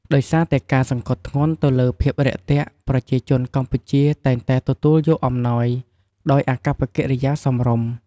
ដោយសារតែការសង្កត់ធ្ងន់ទៅលើភាពរាក់ទាក់ ប្រជាជនកម្ពុជាតែងតែទទួលយកអំណោយដោយអាកប្បកិរិយាសមរម្យ។